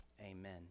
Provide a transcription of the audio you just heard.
Amen